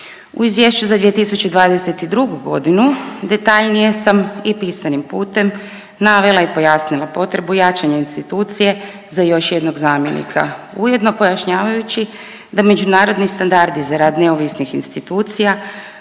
U izvješću za 2022. godinu detaljnije sam i pisanim putem navela i pojasnila potrebu jačanja institucije za još jednog zamjenika ujedno pojašnjavajući da međunarodni standardi za rad neovisnih institucija